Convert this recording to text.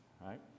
right